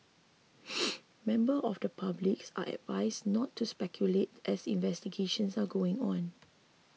member of the public are advised not to speculate as investigations are going on